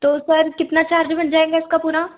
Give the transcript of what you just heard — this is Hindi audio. तो सर कितना चार्ज बन जाएंगा इसका पूरा